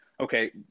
okay